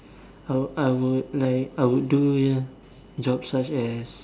I I would like I would do ya jobs such as